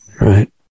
Right